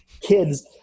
kids